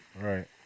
Right